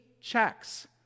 checks